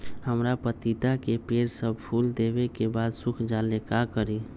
हमरा पतिता के पेड़ सब फुल देबे के बाद सुख जाले का करी?